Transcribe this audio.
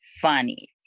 funny